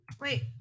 wait